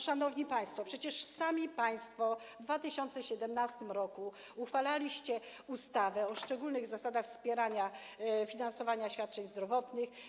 Szanowni państwo, przecież sami państwo w 2017 r. uchwalaliście ustawę o szczególnych zasadach finansowania świadczeń zdrowotnych.